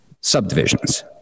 subdivisions